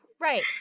right